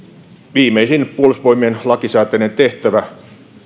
viimeisin puolustusvoimien lakisääteinen tehtävä